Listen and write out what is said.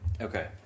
Okay